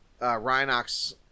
Rhinox